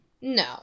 No